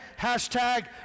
Hashtag